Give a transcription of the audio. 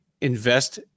Invest